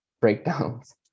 breakdowns